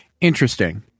interesting